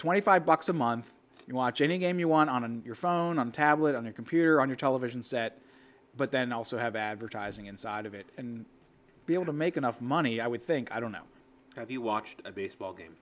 twenty five bucks a month you watch any game you want on your phone on tablet on your computer on your television set but then also have advertising inside of it and be able to make enough money i would think i don't know if you watched a baseball game